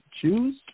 choose